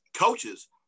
coaches